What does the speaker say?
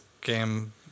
game